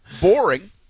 boring